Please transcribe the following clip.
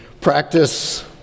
practice